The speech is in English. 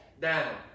down